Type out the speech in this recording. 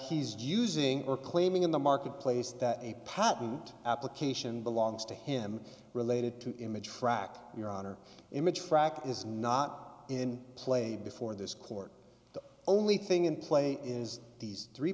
he's using or claiming in the marketplace that a patent application belongs to him related to image frak your honor image frakt is not in play before this court the only thing in play is these three